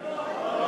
לא לא לא.